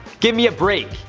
give me a break!